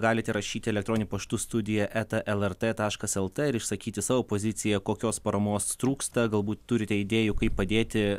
galite rašyti elektroniniu paštu studija eta lrt taškas lt ir išsakyti savo poziciją kokios paramos trūksta galbūt turite idėjų kaip padėti